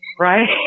Right